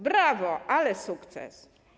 Brawo, ale sukces.